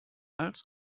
als